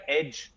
edge